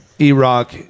Iraq